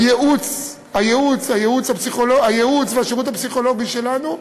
הייעוץ והשירות הפסיכולוגי שלנו,